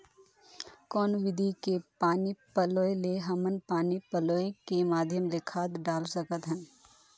कौन विधि के पानी पलोय ले हमन पानी पलोय के माध्यम ले खाद डाल सकत हन?